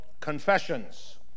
Confessions